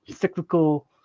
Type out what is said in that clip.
cyclical